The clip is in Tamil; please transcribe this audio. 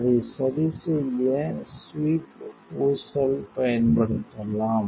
அதை சரிசெய்ய ஸ்வீப் ஊசல் பயன்படுத்தலாம்